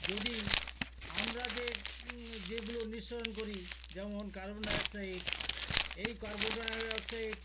যদি আমরা যে যেগুলো নিঃসরণ করি যেমন কার্বন ডাই অক্সাইড এই কার্বন ডাই অক্সাইড